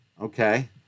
Okay